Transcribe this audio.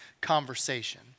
conversation